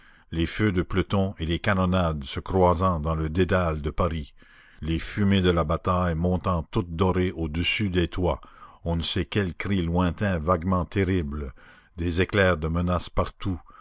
les feux de peloton et les canonnades se croisant dans le dédale de paris les fumées de la bataille montant toutes dorées au-dessus des toits on ne sait quels cris lointains vaguement terribles des éclairs de menace partout